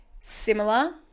similar